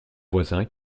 voisin